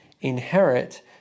inherit